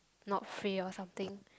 not free or something